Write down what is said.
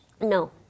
No